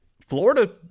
Florida